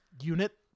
unit